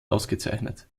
ausgezeichnet